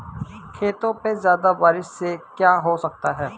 खेतों पे ज्यादा बारिश से क्या हो सकता है?